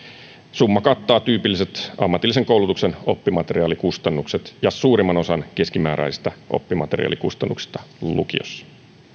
summa kattaa tyypilliset ammatillisen koulutuksen oppimateriaalikustannukset ja suurimman osan keskimääräisistä oppimateriaalikustannuksista lukiossa